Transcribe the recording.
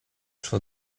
czy